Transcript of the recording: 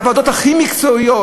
הוועדות הכי מקצועיות,